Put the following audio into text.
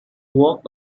walked